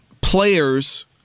players